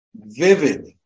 vivid